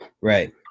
Right